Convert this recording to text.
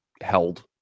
held